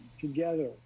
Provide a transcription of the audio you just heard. together